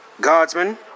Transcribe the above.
Guardsmen